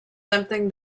something